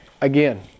again